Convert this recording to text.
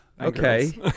Okay